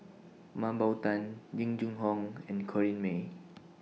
Mah Bow Tan Jing Jun Hong and Corrinne May